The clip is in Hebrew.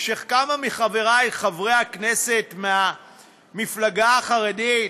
שכמה מחברי חברי הכנסת, מהמפלגה החרדית,